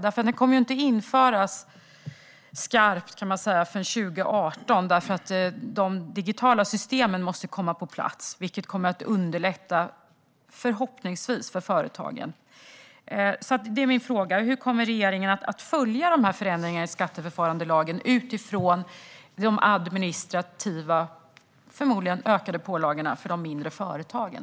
Den kommer ju inte att införas skarpt, om man säger så, förrän 2018. De digitala systemen måste först komma på plats, och det kommer förhoppningsvis att underlätta för företagen. Detta är min fråga: Hur kommer regeringen att följa förändringarna i skatteförfarandelagen utifrån de förmodat ökade administrativa pålagorna för de mindre företagen?